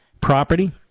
property